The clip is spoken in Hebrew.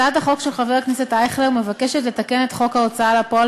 הצעת החוק של חבר הכנסת אייכלר מבקשת לתקן את חוק ההוצאה לפועל